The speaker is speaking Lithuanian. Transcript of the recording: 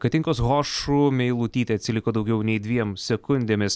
katinkos hošu meilutytė atsiliko daugiau nei dviem sekundėmis